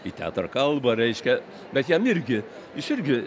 į teatro kalbą reiškia bet jam irgi jis irgi